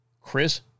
Chris